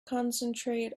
concentrate